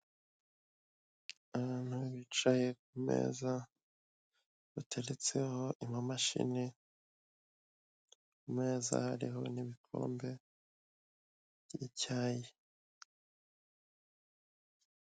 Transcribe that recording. Abantu bicaye kumeza, bateretseho amamashini, kumeza hariho n'ibikombe by'icyayi.